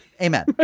Amen